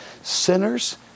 Sinners